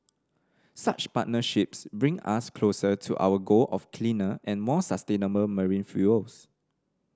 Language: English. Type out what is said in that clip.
such partnerships bring us closer to our goal of cleaner and more sustainable marine fuels